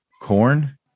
corn